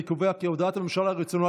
אני קובע כי החלטת ועדת החינוך,